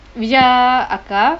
vijaya அக்கா:akka